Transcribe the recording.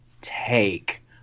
take